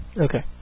Okay